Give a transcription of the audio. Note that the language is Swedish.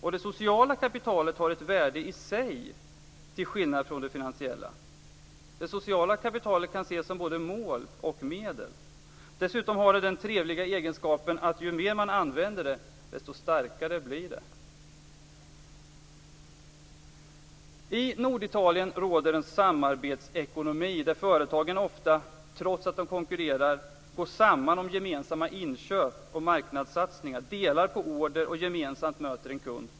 Och det sociala kapitalet har till skillnad från det finansiella ett värde i sig. Det sociala kapitalet kan ses som både mål och medel. Dessutom har det den trevliga egenskapen att ju mer man använder det, desto starkare blir det. I Norditalien råder en samarbetsekonomi, där företagen ofta, trots att de konkurrerar, går samman om gemensamma inköp och marknadssatsningar, delar på order och gemensamt möter en kund.